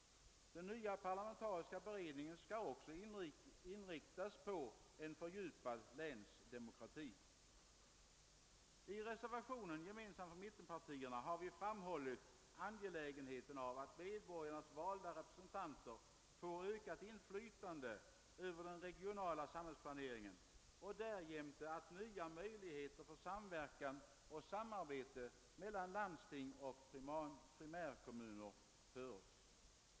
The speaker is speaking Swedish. Den nya parlamentariska beredningen skall också inriktas på en fördjupad länsdemokrati. I reservationen — gemensam för mittenpartierna — har vi framhållit angelägenheten av att medborgarnas valda representanter får ökat inflytande över den regionala samhällsplaneringen och därjämte att nya möjligheter för samverkan och samarbete mellan landsting och primärkommuner införes.